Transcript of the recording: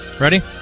Ready